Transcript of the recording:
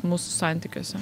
mūsų santykiuose